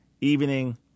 evening